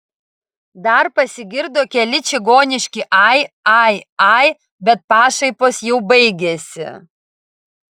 dar pasigirdo keli čigoniški ai ai ai bet pašaipos jau baigėsi